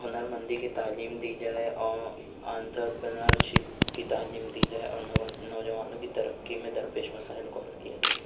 ہنر مندی کی تعلیم دی جائے اور انترپرنرشپ کی تعلیم دی جائے اور نوجوانوں کی ترقی میں در پیش مسائل کو حل كيا جائے